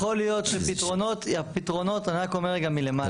יכול להיות שהפתרונות, אני רק אומר רגע מלמעלה.